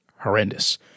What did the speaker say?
horrendous